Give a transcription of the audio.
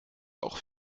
auch